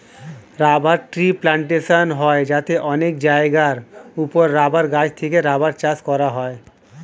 rubber tree plantation হয় যাতে অনেক জায়গার উপরে রাবার গাছ থেকে রাবার চাষ করা হয়